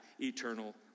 eternal